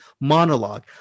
monologue